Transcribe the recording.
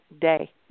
day